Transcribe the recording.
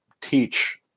teach